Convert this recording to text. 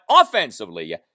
offensively